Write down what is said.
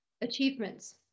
Achievements